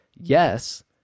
yes